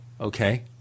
okay